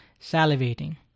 salivating